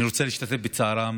אני רוצה להשתתף בצערן